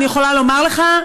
אני יכולה לומר לך,